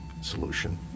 solution